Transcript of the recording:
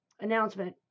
announcement